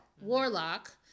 Warlock